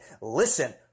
Listen